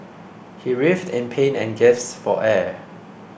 he writhed in pain and gasped for air